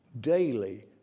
Daily